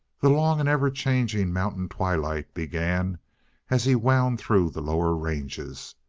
the long and ever-changing mountain twilight began as he wound through the lower ranges.